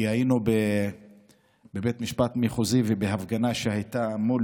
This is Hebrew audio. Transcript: כי היינו בבית משפט מחוזי ובהפגנה שהייתה מול